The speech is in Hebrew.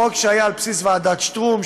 חוק שהיה על בסיס ועדת שטרום,